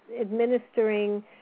administering